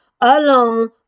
alone